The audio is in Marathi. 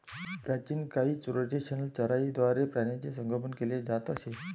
प्राचीन काळी रोटेशनल चराईद्वारे प्राण्यांचे संगोपन केले जात असे